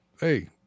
hey